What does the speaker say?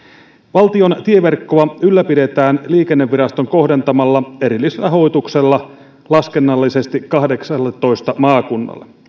valtion tieverkkoa ylläpidetään liikenneviraston kohdentamalla erillisrahoituksella laskennallisesti kahdeksalletoista maakunnalle